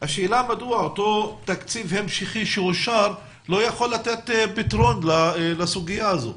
השאלה מדוע אותו תקציב המשכי שאושר לא יכול לתת פתרון לסוגיה הזו?